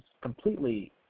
completely